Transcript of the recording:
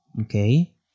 Okay